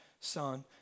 Son